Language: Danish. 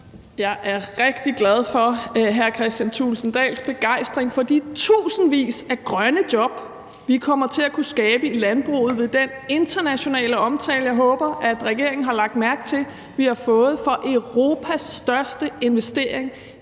Jeg er rigtig glad for hr. Kristian Thulesen Dahls begejstring for de tusindvis af grønne job, vi kommer til at kunne skabe i landbruget ved den internationale omtale, som jeg håber regeringen har lagt mærke til vi har fået for Europas største investering